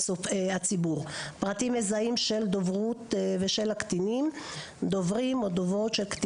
הציבור פרטים מזהים של קטינים ושל דוברים או דוברות שהינם קטינים.